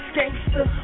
gangster